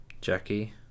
Jackie